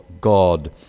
God